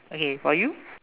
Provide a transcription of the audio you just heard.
okay for you